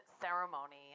ceremony